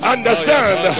Understand